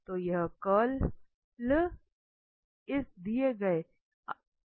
तो यह कर्ल होगा